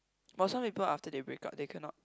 but some people after they break up they cannot